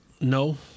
No